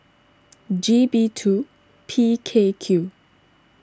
G B two P K Q